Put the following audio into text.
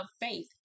faith